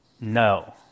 No